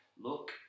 look